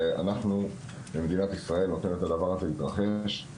שאנחנו ומדינת ישראל נותנת לדבר הזה להתרחש.